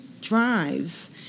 drives